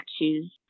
choose